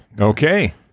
Okay